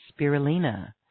spirulina